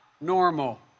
normal